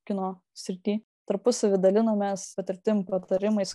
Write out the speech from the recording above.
kino srity tarpusavy dalinamės patirtim patarimais